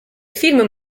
film